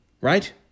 Right